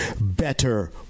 better